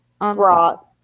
brought